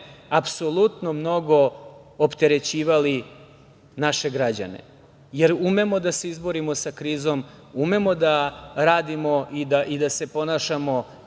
apsolutno mnogo opterećivali naše građane, jer umemo da se izborimo sa krizom, umemo da radimo i da se ponašamo